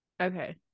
Okay